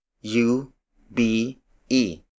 U-B-E